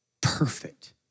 perfect